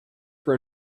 for